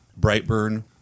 *Brightburn*